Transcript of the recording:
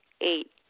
Eight